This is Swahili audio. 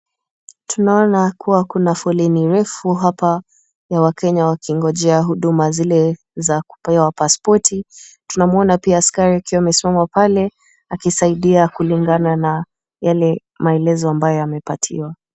Tunaona kuwa kuna foleni refu hapa ya wakenya wakingojea huduma zile za kupewa pasipoti. Tunamuona pia askari akiwa amesimama pale, akisaidia kulingana na yale maelezo ambayo amepatiwa.